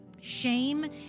Shame